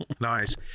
nice